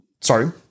Sorry